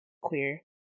queer